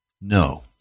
No